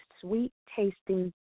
sweet-tasting